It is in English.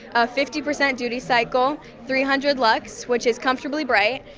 a fifty percent duty cycle, three hundred lx, which is comfortably bright,